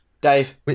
Dave